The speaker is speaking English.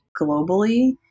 globally